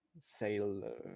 sale